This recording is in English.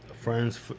friends